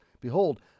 behold